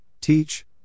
Teach